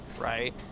right